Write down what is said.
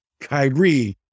Kyrie